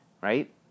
right